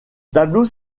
tableau